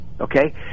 okay